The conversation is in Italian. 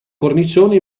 cornicione